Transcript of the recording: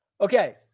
Okay